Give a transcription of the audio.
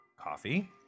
coffee